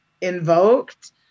invoked